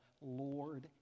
Lord